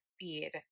feed